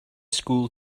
school